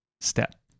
step